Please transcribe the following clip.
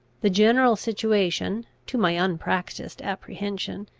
the general situation, to my unpractised apprehension,